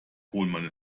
pohlmann